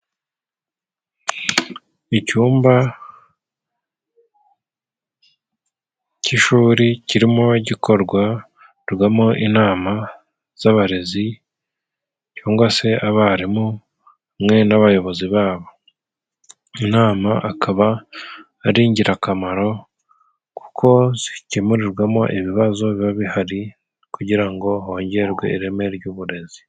Icyumba cy'ishuri kirimo gikorwamo inama z'abarezi cyangwa se abarimu hamwe n'abayobozi ba bo. Inama akaba ari ingirakamaro kuko zikemurirwamo ibibazo biba bihari, kugira ngo hongerwe ireme ry'uburezi.